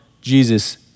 Jesus